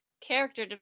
character